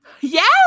Yes